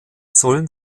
sollen